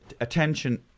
attention